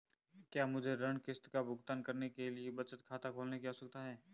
क्या मुझे ऋण किश्त का भुगतान करने के लिए बचत खाता खोलने की आवश्यकता है?